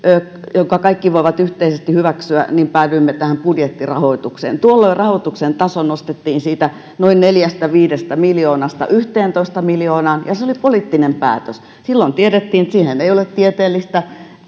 jonka kaikki olisivat voineet yhteisesti hyväksyä että päädyimme tähän budjettirahoitukseen tuolloin rahoituksen taso nostettiin siitä noin neljästä viiva viidestä miljoonasta yhteentoista miljoonaan ja se oli poliittinen päätös silloin tiedettiin että siihen ei ole tieteellistä